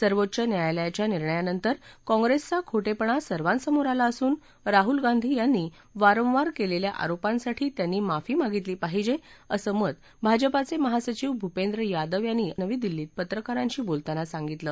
सर्वोच्च न्यायालयाच्या निर्णयानंतर काँग्रेसचा खोटेपणा सर्वांसमोर आला असून राहूल गांधी यांनी वारंवार केलेल्या आरोपासाठी त्यांनी माफी मागितली पाहिजे असं मत भाजपाचे महासचिव भूपेंद्र यादव यांनी काल नवी दिल्लीत पत्रकारांशी बोलताना सांगितलं